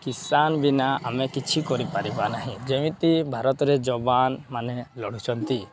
କିଷାନ ବିନା ଆମେ କିଛି କରିପାରିବା ନାହିଁ ଯେମିତି ଭାରତରେ ଜବାନ୍ ମାନେ ଲଢ଼ୁଛନ୍ତି